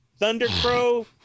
Thundercrow